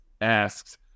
asks